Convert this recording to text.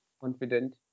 confident